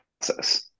process